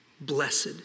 Blessed